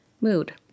Mood